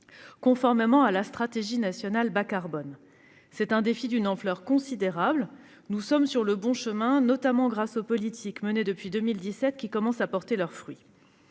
conformément à la stratégie nationale bas-carbone. Il s'agit d'un défi d'une ampleur considérable, mais nous sommes actuellement sur le bon chemin, notamment grâce aux politiques menées depuis 2017, qui commencent à porter leurs fruits.